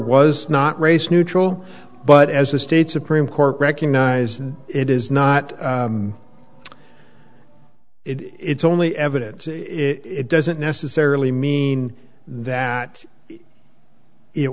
was not race neutral but as the state supreme court recognized it is not it's only evidence it doesn't necessarily mean that it